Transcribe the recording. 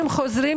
חברי